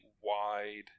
wide